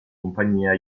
compagnia